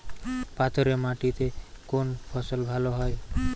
পাথরে মাটিতে কোন ফসল ভালো হয়?